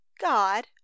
god